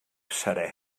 seré